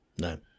No